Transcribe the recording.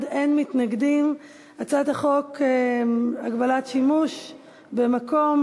להעביר את הצעת חוק הגבלת שימוש במקום